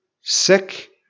sick